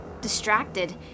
Distracted